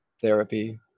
therapy